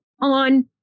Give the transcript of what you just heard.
on